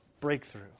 breakthrough